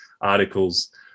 articles